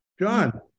John